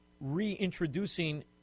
reintroducing